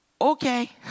Okay